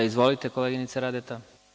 Izvolite, koleginice Radeta.